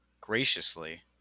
graciously